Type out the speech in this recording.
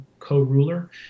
co-ruler